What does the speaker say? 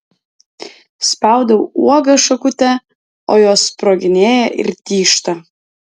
spaudau uogas šakute o jos sproginėja ir tyžta